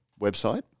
website